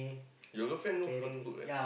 your girlfriend know how to cook right